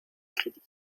crédit